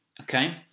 okay